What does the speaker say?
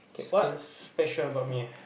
K what's special about me